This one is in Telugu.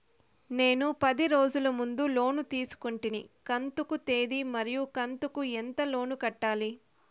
నేను పది రోజుల ముందు లోను తీసుకొంటిని కంతు తేది మరియు కంతు కు ఎంత లోను కట్టాలి?